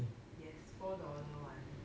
yes four dollar one